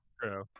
True